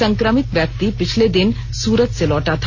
संक्रमित व्यक्ति पिछले दिनों ही सूरत से लौटा था